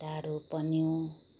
डाडु पन्यु